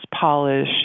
polish